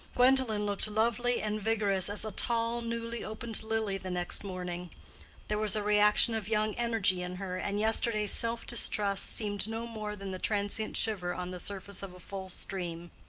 gwendolen looked lovely and vigorous as a tall, newly-opened lily the next morning there was a reaction of young energy in her, and yesterday's self-distrust seemed no more than the transient shiver on the surface of full stream.